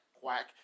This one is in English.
quack